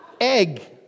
egg